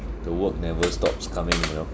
the work never stops coming you know